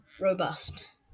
Robust